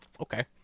okay